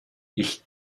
ich